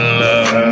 love